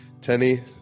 Tenny